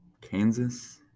Kansas